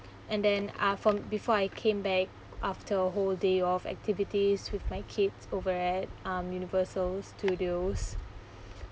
and then uh from before I came back after a whole day of activities with my kids over at um universal studios